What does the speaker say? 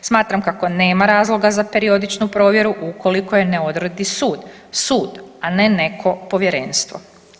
Smatram kako nema razloga za periodičnu provjeru ukoliko je ne odredi sud, sud, a ne neko povjerenstvo.